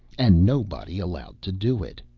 and nobody allowed to do it?